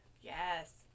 Yes